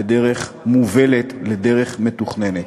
לדרך מובלת, לדרך מתוכננת.